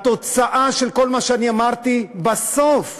והתוצאה של כל מה שאני אמרתי, בסוף,